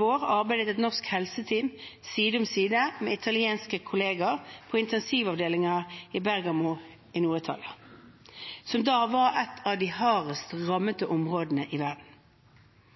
vår arbeidet et norsk helseteam side om side med italienske kolleger på intensivavdelinger i Bergamo i Nord-Italia, som da var et av de hardest rammede områdene i verden.